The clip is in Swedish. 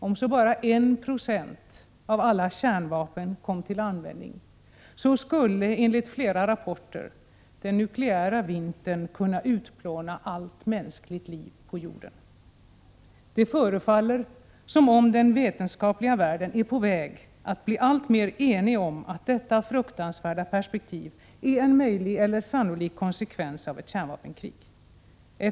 Om så bara 1 96 av alla kärnvapen kom till användning skulle, enligt flera rapporter, den nukleära vintern kunna utplåna allt mänskligt liv på jorden. Det förefaller som om den vetenskapliga världen är på väg att bli alltmer enig om att detta fruktansvärda perspektiv är en möjlig eller sannolik konsekvens av ett kärnvapenkrig.